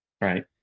right